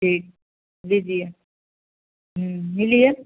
ठीक लीजिए मिलिए